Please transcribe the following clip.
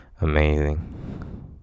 amazing